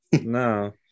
no